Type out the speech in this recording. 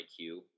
IQ